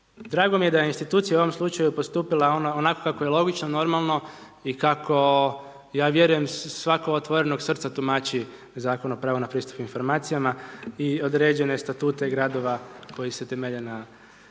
Drago mi je da je institucija u ovom slučaju postupila onako kako je logično normalno i kako ja vjerujem svako otvorenog srca tumači Zakon o pravu na pristup informacijama i određene statute gradova koji se temelje na